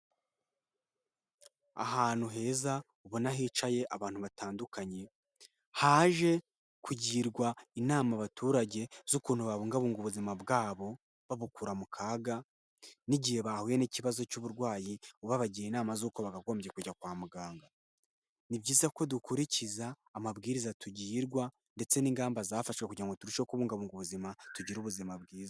Ahantu heza ubona hicaye abantu batandukanye, haje kugirwa inama abaturage z'ukuntu babungabunga ubuzima bwabo babukura mu kaga n'igihe bahuye n'ikibazo cy'uburwayi babagira inama z'uko bakagombye kujya kwa muganga. Ni byiza ko dukurikiza amabwiriza tugirwa ndetse n'ingamba zafashwe kugira ngo turusheho kubungabunga ubuzima tugire ubuzima bwiza.